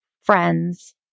friends